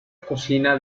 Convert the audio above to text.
cocina